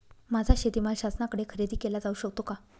माझा शेतीमाल शासनाकडे खरेदी केला जाऊ शकतो का?